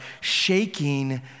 shaking